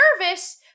nervous